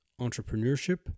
entrepreneurship